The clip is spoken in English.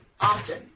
often